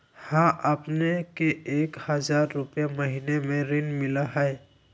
हां अपने के एक हजार रु महीने में ऋण मिलहई?